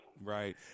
Right